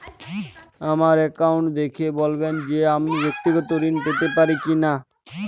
আমার অ্যাকাউন্ট দেখে বলবেন যে আমি ব্যাক্তিগত ঋণ পেতে পারি কি না?